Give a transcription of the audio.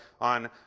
on